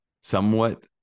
somewhat